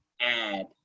add